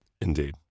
Indeed